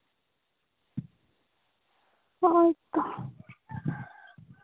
ᱦᱳᱭ ᱛᱚ